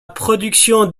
production